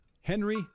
Henry